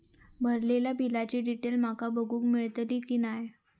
भरलेल्या बिलाची डिटेल माका बघूक मेलटली की नाय?